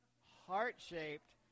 Heart-shaped